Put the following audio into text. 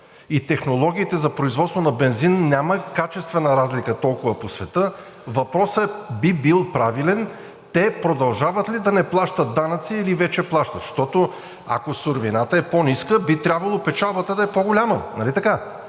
и технологиите за производство на бензин няма качествена разлика толкова по света, въпросът би бил правилен – те продължават ли да не плащат данъци, или вече плащат? Защото, ако цената на суровината е по-ниска, би трябвало печалбата да е по-голяма,